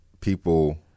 people